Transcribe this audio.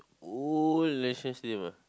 old National Stadium ah